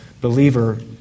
believer